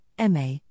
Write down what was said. MA